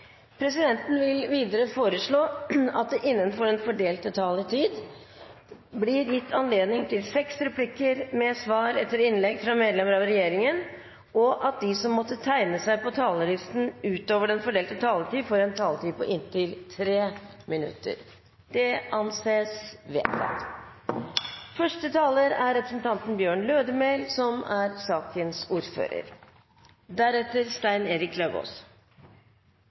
presidenten foreslå at det blir gitt anledning til replikkordskifte på inntil syv replikker med svar etter innlegg fra medlem av regjeringen innenfor den fordelte taletid. Videre blir det foreslått at de som måtte tegne seg på talerlisten utover den fordelte taletid, får en taletid på inntil 3 minutter. – Det anses vedtatt.